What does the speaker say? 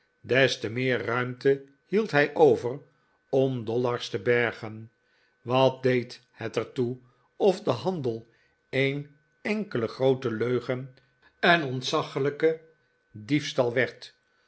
des te meer ruimte hield hij over om dollars te bergen wat deed het er toe of de handel een enkele groote leugen en ontzaglijke diefstal